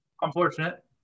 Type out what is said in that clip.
unfortunate